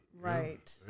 Right